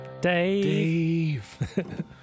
Dave